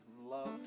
love